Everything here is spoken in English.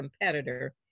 competitor